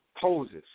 Poses